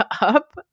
up